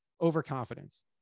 overconfidence